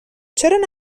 چرا